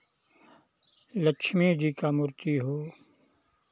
लक्ष्मी जी का मूर्ति हो